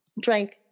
drank